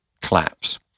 collapse